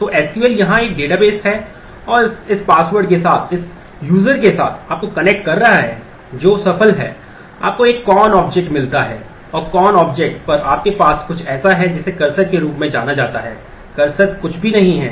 तो SQL query के अलावा और कुछ नहीं है